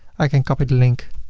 i can copy the link